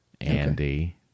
Andy